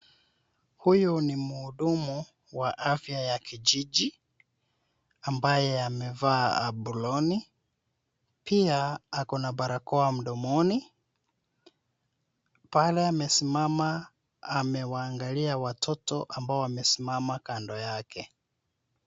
Huyu ni mhudumu wa afya ya kijiji, ambaye amevaa aproni, pia, ako na barakoa mdomoni. Pale amesimama, amewaangalia watoto ambao wamesimama kando yake.